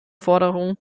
forderung